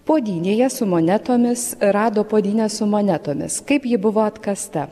puodynėje su monetomis rado puodynę su monetomis kaip ji buvo atkasta